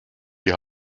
die